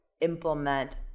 implement